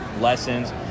lessons